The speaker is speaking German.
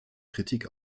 kritik